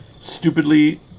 stupidly